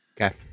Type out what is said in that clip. okay